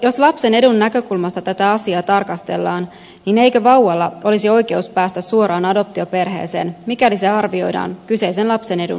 jos lapsen edun näkökulmasta tätä asiaa tarkastellaan niin eikö vauvalla olisi oikeus päästä suoraan adoptioperheeseen mikäli se arvioidaan kyseisen lapsen edun mukaiseksi